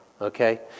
Okay